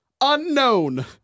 unknown